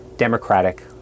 democratic